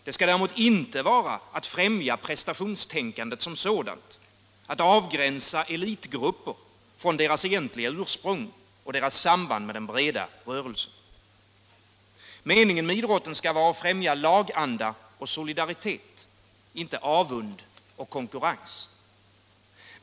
Det skall däremot inte vara meningen att främja prestationstänkandet som sådant, att avgränsa elitgrupper från deras egentliga ursprung och deras samband med den breda rörelsen. Meningen med idrotten skall vara att främja laganda och solidaritet, inte avund och konkurrens.